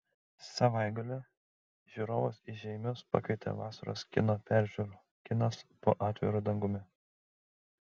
savaitgalį žiūrovus į žeimius pakvietė vasaros kino peržiūra kinas po atviru dangumi